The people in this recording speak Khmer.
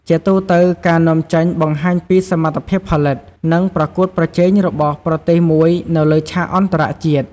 ជាទូទៅ ការនាំចេញបង្ហាញពីសមត្ថភាពផលិត និងប្រកួតប្រជែងរបស់ប្រទេសមួយនៅលើឆាកអន្តរជាតិ។